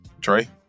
Trey